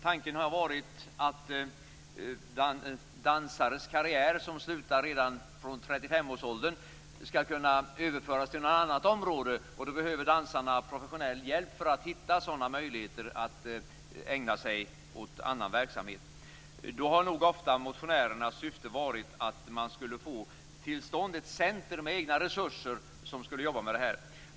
Tanken har varit att dansares karriär, som slutar redan vid 35 års ålder, skall kunna överföras till något annat område, och då behöver dansarna professionell hjälp för att hitta sådana möjligheter att ägna sig åt annan verksamhet. Då har nog motionärernas syfte ofta varit att man skulle få till stånd ett centrum med egna resurser.